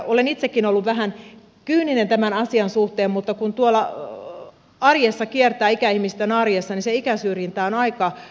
olen itsekin ollut vähän kyyninen tämän asian suhteen mutta kun tuolla ikäihmisten arjessa kiertää niin se ikäsyrjintä on aika rankkaa